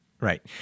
right